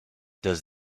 does